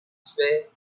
sway